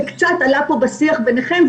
שקצת עלתה פה בשיח ביניכם.